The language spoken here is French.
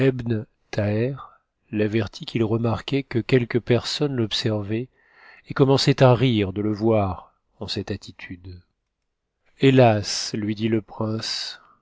l'avertit qu'il remarquait que quelques personnes l'observaient et commençaient à rire de le voir en cette attitude hélas lui dit le prince